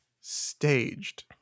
staged